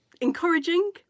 encouraging